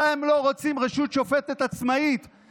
אתם לא רוצים רשות שופטת עצמאית.